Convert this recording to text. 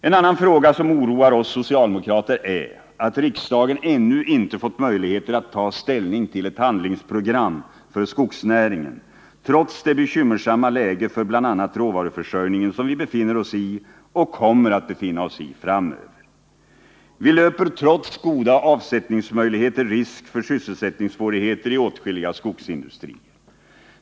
En annan fråga som oroar oss socialdemokrater är att riksdagen ännu inte fått möjligheter att ta ställning till ett handlingsprogram för skogsnäringen trots det bekymmersamma läge för bl.a. råvaruförsörjningen som vi befinner oss i och kommer att befinna oss i framöver. Vi löper trots goda avsättningsmöjligheter risk för sysselsättningssvårigheter i åtskilliga skogsindustrier.